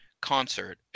concert